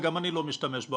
וגם אני לא משתמש בו,